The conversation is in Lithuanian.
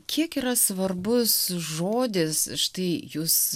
kiek yra svarbus žodis štai jus